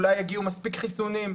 אולי יגיעו מספיק חיסונים.